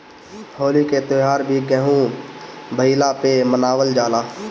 होली के त्यौहार भी गेंहू भईला पे मनावल जाला